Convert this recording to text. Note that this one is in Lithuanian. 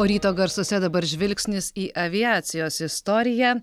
o ryto garsuose dabar žvilgsnis į aviacijos istoriją